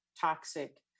toxic